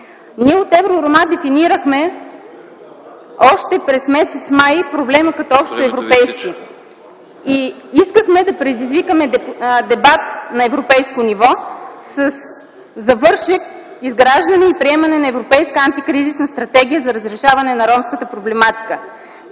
Ние от ЕВРОРОМА дефинирахме още през м. май проблема като общоевропейски. Искахме да предизвикаме дебат на европейско ниво със завършек, изграждане и приемане на европейска антикризисна стратегия за разрешаване на ромската проблематика,